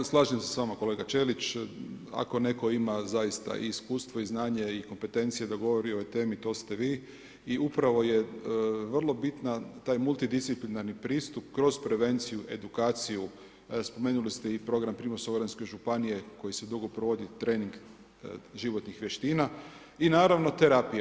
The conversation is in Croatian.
Da, slažem se s vama kolega Ćelić, ako netko ima zaista i iskustvo i znanje i kompetencije da govori o ovoj temi, to ste vi i upravo je vrlo bitno taj multidisciplinarni pristup kroz prevenciju, edukaciju, spomenuli ste i program Primorsko-goranske županije koji se dugo provodi trend životnih vještina i naravno terapija.